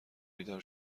بیدار